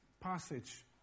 passage